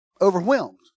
overwhelmed